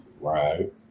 Right